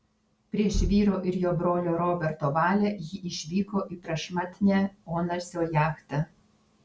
prieš vyro ir jo brolio roberto valią ji išvyko į prašmatnią onasio jachtą